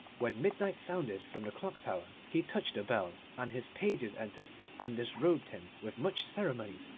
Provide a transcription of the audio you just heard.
when midnight sounded from the clock-tower he touched a bell, and his pages entered and disrobed him with much ceremony,